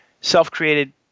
self-created